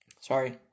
Sorry